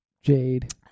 Jade